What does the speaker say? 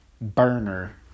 burner